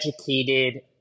educated